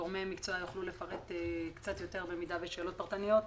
גם בעניין זה גורמי המקצוע יוכלו לפרט קצת יותר אם יהיו שאלות פרטניות.